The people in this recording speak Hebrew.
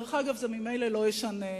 אגב, זה ממילא לא ישנה,